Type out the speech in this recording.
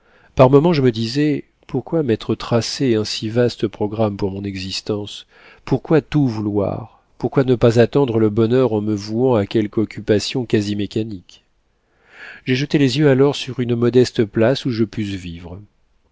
par moments je me disais pourquoi m'être tracé un si vaste programme pour mon existence pourquoi tout vouloir pourquoi ne pas attendre le bonheur en me vouant à quelque occupation quasi mécanique j'ai jeté les yeux alors sur une modeste place où je pusse vivre